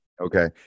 Okay